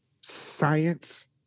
science